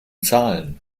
zahlen